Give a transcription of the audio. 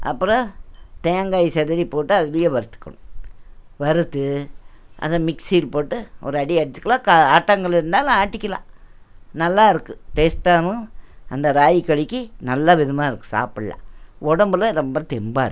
அப்பறம் தேங்காயை சிதறி போட்டு அதுலேயே வறுத்துக்கணும் வறுத்து அதை மிக்ஸீயில போட்டு ஒரு அடி எடுத்துக்கலாம் ஆட்டாங்கல் இருந்தாலும் ஆட்டிக்கலாம் நல்லா இருக்குது டேஸ்ட்டாகவும் அந்த ராகி களிக்கு நல்ல விதமாக இருக்கும் சாப்பிட்லாம் உடம்புல ரொம்ப தெம்பாக இருக்குது